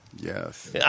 Yes